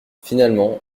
finalement